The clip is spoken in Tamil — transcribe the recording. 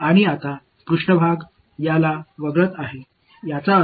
இப்போது மேற்பரப்பு இதை தவிர்த்து வருகிறது இது தான் இங்கே s இன் பொருள்